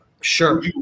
Sure